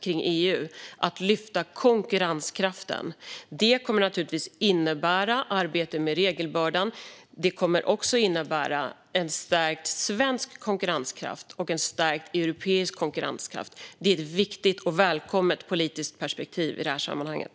Det handlar om att lyfta fram konkurrenskraften. Det kommer naturligtvis att innebära arbete med regelbördan. Det kommer också att innebära en stärkt svensk konkurrenskraft och en stärkt europeisk konkurrenskraft. Det är ett viktigt och välkommet politiskt perspektiv i sammanhanget.